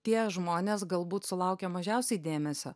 tie žmonės galbūt sulaukia mažiausiai dėmesio